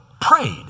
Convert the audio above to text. prayed